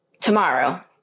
tomorrow